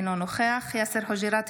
אינו נוכח יאסר חוג'יראת,